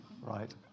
right